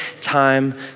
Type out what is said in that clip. time